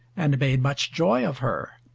and made much joy of her,